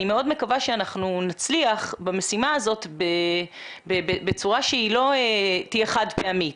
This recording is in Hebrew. אני מאוד מקווה שאנחנו נצליח במשימה הזאת בצורה שהיא לא תהיה חד פעמית,